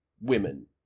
women